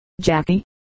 Jackie